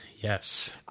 Yes